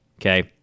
okay